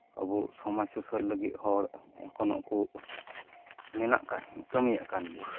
ᱟᱵᱚ ᱥᱚᱢᱟᱡᱽ ᱥᱩᱥᱟᱹᱨ ᱞᱟᱹᱜᱤᱫ ᱦᱚᱲ ᱮᱠᱷᱚᱱᱚ ᱠᱚ ᱢᱮᱱᱟᱜ ᱟᱠᱟᱫ ᱠᱟᱹᱢᱤᱭᱮᱫ ᱠᱟᱱᱜᱮᱭᱟ